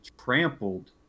trampled